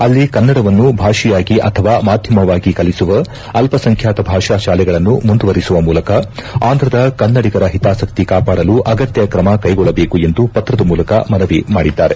ಅಲ್ಲಿ ಕನ್ನಡವನ್ನು ಭಾಷೆಯಾಗಿ ಅಥವಾ ಮಾಧ್ಯಮವಾಗಿ ಕಲಿಸುವ ಅಲ್ಲಸಂಖ್ಯಾತ ಭಾಷಾ ಶಾಲೆಗಳನ್ನು ಮುಂದುವರೆಸುವ ಮೂಲಕ ಆಂಧ್ರದ ಕನ್ನಡಿಗರ ಹಿತಾಸಕ್ಕಿ ಕಾಪಾಡಲು ಅಗತ್ತ್ವಕ್ರಮ ಕೈಗೊಳ್ಳಬೇಕೆಂದು ಪತ್ರದ ಮೂಲಕ ಮನವಿ ಮಾಡಿದ್ದಾರೆ